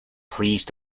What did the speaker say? please